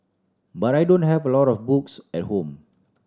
but I don't have a lot of books at home